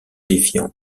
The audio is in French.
défiant